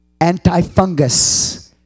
Antifungus